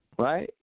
Right